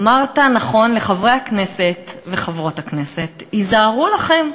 אמרת נכון לחברי הכנסת וחברות הכנסת: היזהרו לכם,